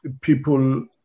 people